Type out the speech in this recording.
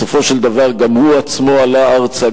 בסופו של דבר גם הוא עצמו עלה ארצה.